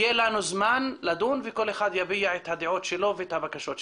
יהיה לנו זמן לדון וכל אחד יביע את הדעות שלו ואת הבקשות שלו.